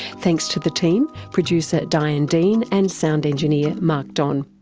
thanks to the team producer diane dean and sound engineer mark don.